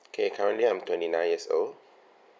okay currently I'm twenty nine years old